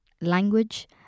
language